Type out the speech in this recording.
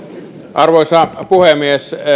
arvoisa puhemies